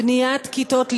בניית כיתות לימוד.